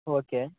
okay